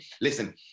listen